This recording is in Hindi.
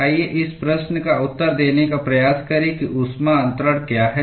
आइए इस प्रश्न का उत्तर देने का प्रयास करें कि ऊष्मा अन्तरण क्या है